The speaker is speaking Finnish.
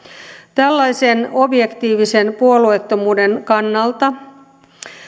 tällaisen objektiivisen puolueettomuuden kannalta